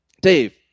Dave